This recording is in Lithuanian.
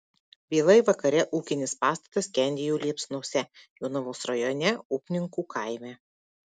vėlai vakare ūkinis pastatas skendėjo liepsnose jonavos rajone upninkų kaime